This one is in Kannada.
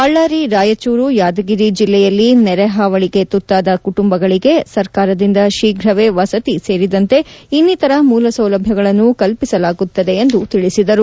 ಬಳ್ಳಾರಿ ರಾಯಚೂರು ಯಾದಗಿರಿ ಜಿಲ್ಲೆಯಲ್ಲಿ ನೆರೆ ಹಾವಳಿಗೆ ತುತ್ತಾದ ಕುಟಂಬಗಳಿಗೆ ಸರ್ಕಾರದಿಂದ ಶೀಫ್ರವೇ ವಸತಿ ಸೇರಿದಂತೆ ಇನ್ನಿತರ ಮೂಲ ಸೌಲಭ್ಯಗಳನ್ನು ಕಲ್ಪಿಸಲಾಗುತ್ತದೆ ಎಂದು ತಿಳಿಸಿದರು